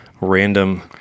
random